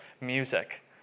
music